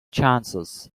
chances